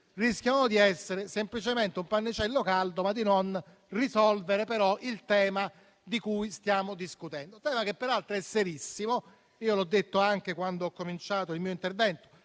rischiano di essere semplicemente un pannicello caldo e di non risolvere il tema di cui stiamo discutendo. È un tema serissimo e l'ho sottolineato anche quando ho cominciato il mio intervento